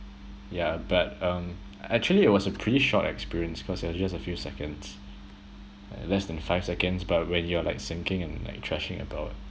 yeah but um actually it was a pretty short experience cause it was just a few seconds less than five seconds but when you're like sinking and like thrashing about